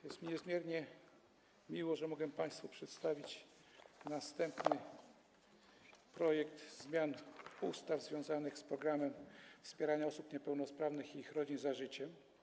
Jest mi niezmiernie miło, że mogę państwu przedstawić następny projekt zmian ustaw związanych z programem wspierania osób niepełnosprawnych i ich rodzin „Za życiem”